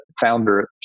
founder